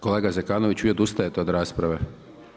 Kolega Zekanović, vi odustajete od rasprave?